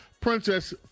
Princess